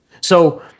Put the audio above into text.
So-